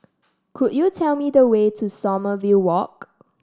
could you tell me the way to Sommerville Walk